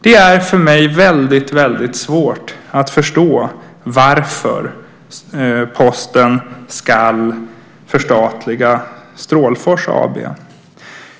Det är för mig väldigt svårt att förstå varför Posten ska förstatliga Strålfors AB.